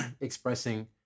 expressing